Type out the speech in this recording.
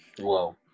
whoa